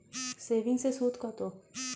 সেভিংসে সুদ কত?